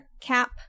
cap